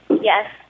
Yes